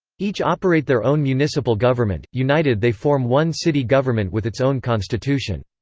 each operate their own municipal government, united they form one city government with its own constitution.